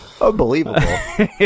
Unbelievable